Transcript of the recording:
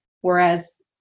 Whereas